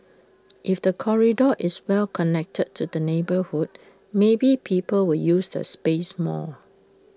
if the corridor is well connected to the neighbourhood maybe people will use the space more